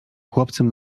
chłopcem